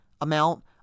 amount